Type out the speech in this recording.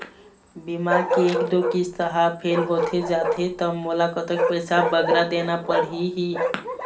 बीमा के एक दो किस्त हा फेल होथे जा थे ता मोला कतक पैसा बगरा देना पड़ही ही?